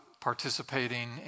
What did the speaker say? participating